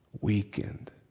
Weakened